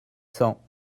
cent